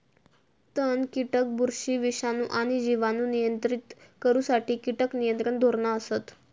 तण, कीटक, बुरशी, विषाणू आणि जिवाणू नियंत्रित करुसाठी कीटक नियंत्रण धोरणा असत